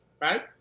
right